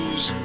Use